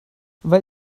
weil